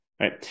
right